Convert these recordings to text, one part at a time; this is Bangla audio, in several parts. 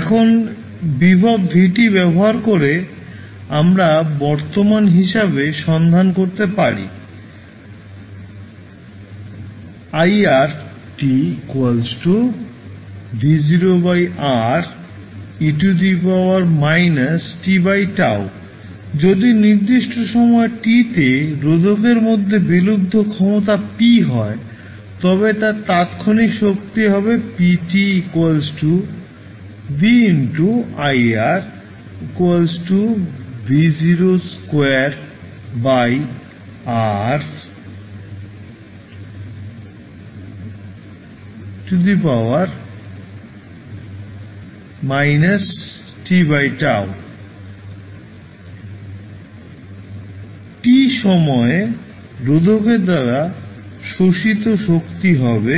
এখন ভোল্টেজ v ব্যবহার করে আমরা বর্তমান হিসাবে সন্ধান করতে পারি যদি নির্দিষ্ট সময় tতে রোধকের মধ্যে বিলুপ্ত ক্ষমতা P হয় তবে তার তাত্ক্ষণিক শক্তি হবে t সময়ে রোধকের দ্বারা শোষিত শক্তি হয়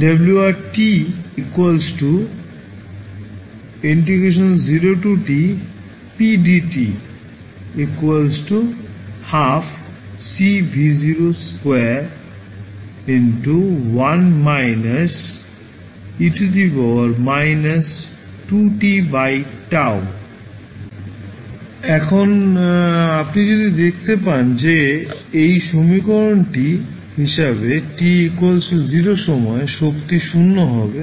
এখন আপনি যদি দেখতে পান যে এই সমীকরণটি হিসেবে t 0 সময়ে শক্তি 0 হবে